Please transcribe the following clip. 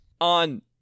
on